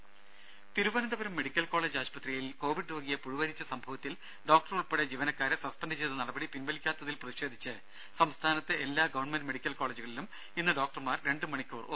രുദ Thiruvananthapuram medical college ആശുപത്രിയിൽ Covid രോഗിയെ പുഴുവരിച്ച സംഭവത്തിൽ ഡോക്ടർ ഉൾപ്പെടെ ജീവനക്കാരെ സസ്പെന്റ് ചെയ്ത നടപടി പിൻവലിക്കാത്തതിൽ പ്രതിഷേധിച്ച് സംസ്ഥാനത്തെ എല്ലാ ഗവൺമെന്റ് മെഡിക്കൽ കോളജുകളിലും ഇന്ന് ഡോക്ടർമാർ രണ്ട് മണിക്കൂർ ഒ